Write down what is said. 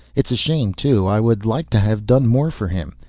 it's a shame, too, i would like to have done more for him.